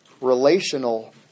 relational